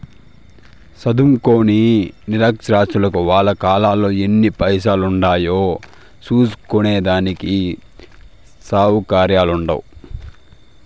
సదుంకోని నిరచ్చరాసులకు వాళ్ళ కాతాలో ఎన్ని పైసలుండాయో సూస్కునే దానికి సవుకర్యాలుండవ్